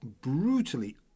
brutally